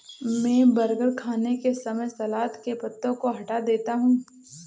मैं बर्गर खाने के समय सलाद के पत्तों को हटा देता हूं